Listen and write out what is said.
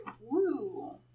Woo